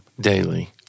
Daily